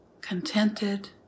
contented